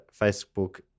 Facebook